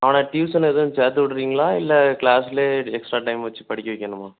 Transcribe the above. அவனை டியூஷன் எதுவும் சேர்த்து விட்றீங்களா இல்லை கிளாஸ்லேயே எக்ஸ்ட்ரா டைம் வச்சு படிக்க வைக்கணுமா